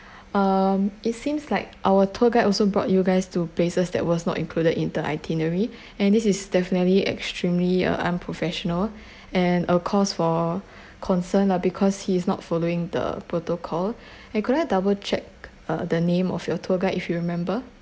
um it seems like our tour guide also brought you guys to places that was not included in the itinerary and this is definitely extremely unprofessional and a cause for concern lah because he's not following the protocol could I double check uh the name of your tour guide if you remember